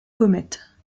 comètes